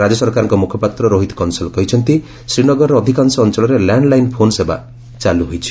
ରାଜ୍ୟ ସରକାରଙ୍କ ମୁଖପାତ୍ର ରୋହିତ କଂସଲ କହିଛନ୍ତି ଶ୍ରୀନଗରର ଅଧିକାଂଶ ଅଞ୍ଚଳର ଲ୍ୟାଣ୍ଡଲାଇନ୍ ଫୋନ୍ ସେବା ଚାଲୁ ହୋଇଛି